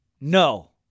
No